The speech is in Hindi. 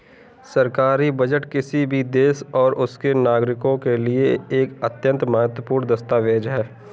सरकारी बजट किसी भी देश और उसके नागरिकों के लिए एक अत्यंत महत्वपूर्ण दस्तावेज है